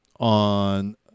on